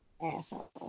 Asshole